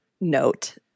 note